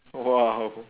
!wow!